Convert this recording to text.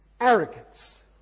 arrogance